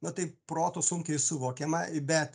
na tai protu sunkiai suvokiama i bet